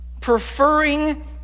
preferring